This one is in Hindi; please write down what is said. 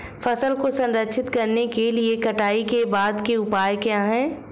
फसल को संरक्षित करने के लिए कटाई के बाद के उपाय क्या हैं?